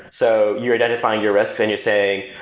so you're identifying your risk and you're saying,